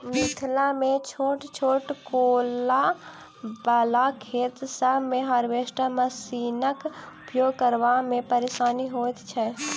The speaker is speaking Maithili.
मिथिलामे छोट छोट कोला बला खेत सभ मे हार्वेस्टर मशीनक उपयोग करबा मे परेशानी होइत छै